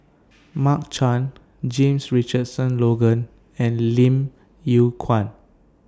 Mark Chan James Richardson Logan and Lim Yew Kuan